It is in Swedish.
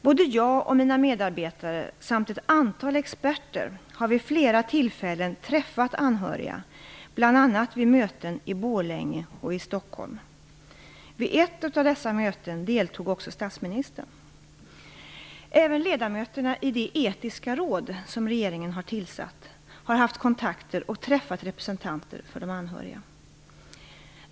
Både jag och mina medarbetare samt ett antal experter har vid flera tillfällen träffat anhöriga, bl.a. vid möten i Borlänge och i Stockholm. Vid ett av dessa möten deltog också statsministern. Även ledamöterna i det etiska råd som regeringen har tillsatt har haft kontakter med och träffat representanter för de anhöriga.